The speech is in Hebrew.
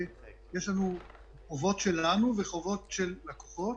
יש לנו חובות שלנו וחובות של לקוחות.